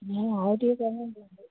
ହଁ ଆଉ ଟିକେ କମେଇ ଦିଅନ୍ତୁ